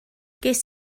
ces